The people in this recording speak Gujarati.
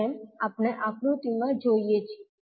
જેમ આપણે આકૃતિમાં જોઈએ છીએ